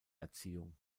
erziehung